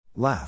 Laugh